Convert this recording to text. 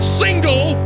single